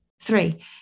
three